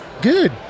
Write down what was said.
good